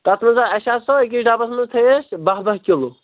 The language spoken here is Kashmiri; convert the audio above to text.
تَتھ منٛزٕ اَسہِ آسو أکِس ڈَبَس منٛز تھٲوۍ اَسہِ بہہ بہہ کِلوٗ